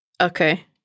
Okay